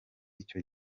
icyo